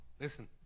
Listen